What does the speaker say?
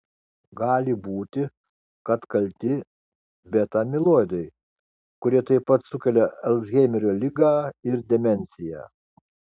gali būti kad kalti beta amiloidai kurie taip pat sukelia alzheimerio ligą ir demenciją